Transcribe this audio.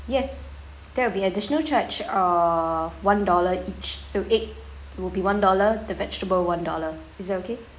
yes there will be additional charge of one dollar each so egg will be one dollar the vegetable one dollar is that okay